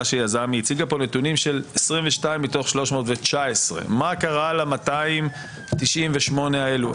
שיזם נתונים של 22 מתוך 319. מה קרה ל-298 האלו?